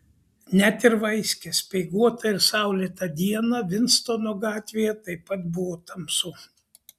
net ir vaiskią speiguotą ir saulėtą dieną vinstono gatvėje taip pat buvo tamsu